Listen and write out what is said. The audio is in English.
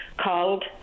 called